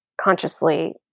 consciously